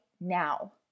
now